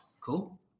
Cool